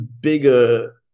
bigger